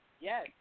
Yes